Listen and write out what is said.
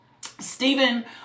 Stephen